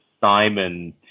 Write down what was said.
Simon